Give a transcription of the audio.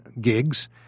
gigs